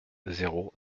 zéro